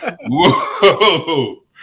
whoa